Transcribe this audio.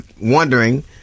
wondering